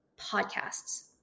podcasts